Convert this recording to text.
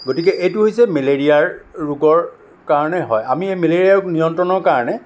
গতিকে এইটো হৈছে মেলেৰিয়াৰ ৰোগৰ কাৰণে হয় আমি মেলেৰিয়া নিয়ন্ত্ৰণৰ কাৰণে